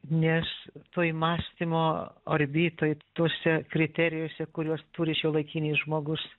nes toj mąstymo orbitoj tuose kriterijuose kuriuos turi šiuolaikinis žmogus